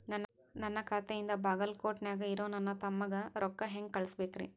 ನನ್ನ ಖಾತೆಯಿಂದ ಬಾಗಲ್ಕೋಟ್ ನ್ಯಾಗ್ ಇರೋ ನನ್ನ ತಮ್ಮಗ ರೊಕ್ಕ ಹೆಂಗ್ ಕಳಸಬೇಕ್ರಿ?